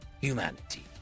humanity